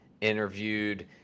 interviewed